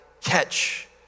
catch